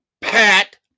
Pat